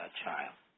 child.